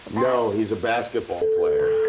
no, he's a basketball player.